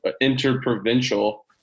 interprovincial